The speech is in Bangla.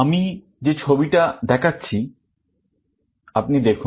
আমি যে ছবিটা দেখাচ্ছি আপনি দেখুন